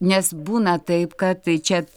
nes būna taip kad tai čia